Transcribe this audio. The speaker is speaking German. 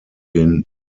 den